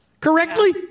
Correctly